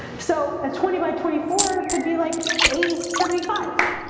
so a twenty by twenty four could be like eight seventy five